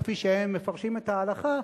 כפי שהם מפרשים את ההלכה,